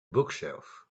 bookshelf